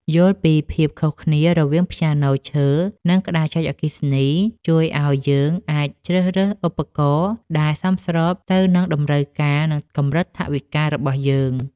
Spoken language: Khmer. យល់ពីភាពខុសគ្នារវាងព្យ៉ាណូឈើ និងក្តារចុចអគ្គិសនីជួយឱ្យយើងអាចជ្រើសរើសឧបករណ៍ដែលសមស្របទៅនឹងតម្រូវការ និងកម្រិតថវិការបស់យើង។